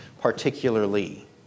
particularly